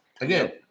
again